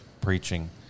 preaching